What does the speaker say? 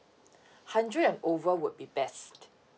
hundred and over would be best